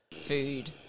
food